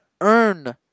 earn